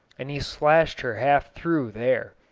and he slashed her half through there.